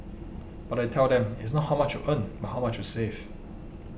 but I tell them it's not how much you earn but how much you save